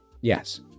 Yes